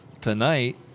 tonight